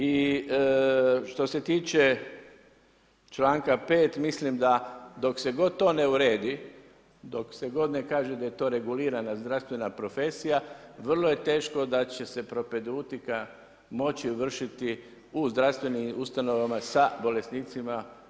I što se tiče članka 5. mislim da dok god se to ne uredi, dok god se ne kaže da je to regulirana zdravstvena profesija vrlo je teško da će se propedeutika moći vršiti u zdravstvenim ustanovama sa bolesnicima.